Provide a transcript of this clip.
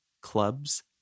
clubs